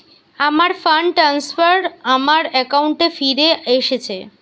আমার fund transfer আমার অ্যাকাউন্টে ফিরে এসেছে